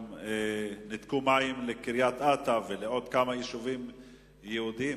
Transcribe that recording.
אבל ניתקו מים גם לקריית-אתא ולעוד כמה יישובים יהודיים,